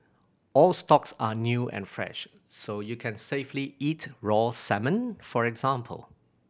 all stocks are new and fresh so you can safely eat raw salmon for example